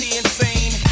insane